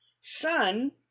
Son